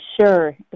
Sure